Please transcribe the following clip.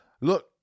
look